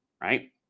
right